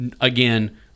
Again